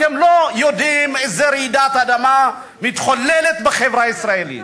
אתם לא יודעים איזו רעידת אדמה מתחוללת בחברה הישראלית.